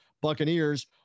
Buccaneers